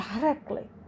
directly